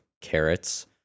carrots